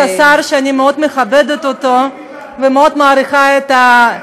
דווקא שר שאני מאוד מכבדת אותו ומאוד מעריכה את,